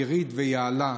נירית ויעלה.